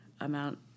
amount